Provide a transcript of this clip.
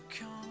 come